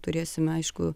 turėsime aišku